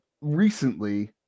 recently